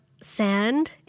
sand